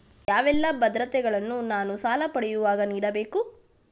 ಯಾವೆಲ್ಲ ಭದ್ರತೆಗಳನ್ನು ನಾನು ಸಾಲ ಪಡೆಯುವಾಗ ನೀಡಬೇಕು?